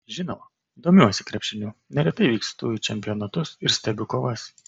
žinoma domiuosi krepšiniu neretai vykstu į čempionatus ir stebiu kovas